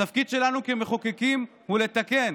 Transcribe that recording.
התפקיד שלנו כמחוקקים הוא לתקן,